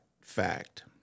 fact